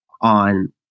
on